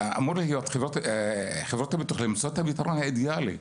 חברות הביטוח צריכות למצוא את הפתרון האידיאלי